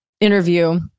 interview